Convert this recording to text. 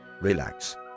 relax